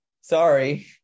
sorry